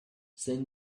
send